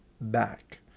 back